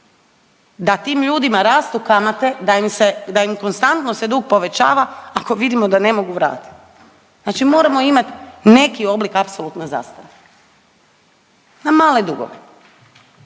da tim ljudima rastu kamate, da im se, da im konstantno se dug povećava, ako vidimo da ne mogu vratiti. Znači moramo imati neki oblik apsolutne zastare na male dugove.